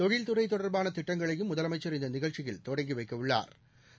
தொழில் துறை தொடர்பான திட்டங்களையும் முதலமைச்சர் இந்த நிகழ்ச்சியில் தொடங்கி வைக்க உள்ளாா்